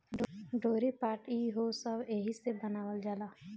डोरी, पाट ई हो सब एहिसे बनावल जाला